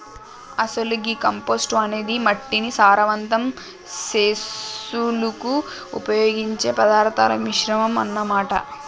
అసలు గీ కంపోస్టు అనేది మట్టిని సారవంతం సెసులుకు ఉపయోగించే పదార్థాల మిశ్రమం అన్న మాట